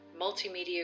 multimedia